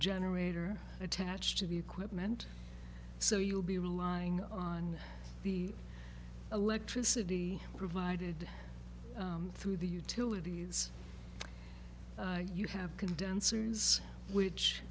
generator attached to the equipment so you'll be relying on the electricity provided through the utilities you have condensers which